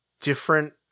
different